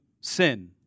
sin